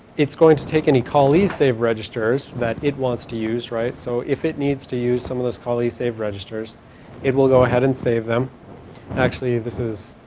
it's going to take any callee save registers that it wants to use right so if it needs to use some of those callee save registers it will go ahead and save them actually this is